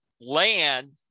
land